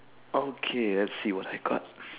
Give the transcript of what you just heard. okay let's see what I got